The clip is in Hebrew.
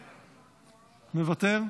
מוותר,